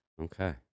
okay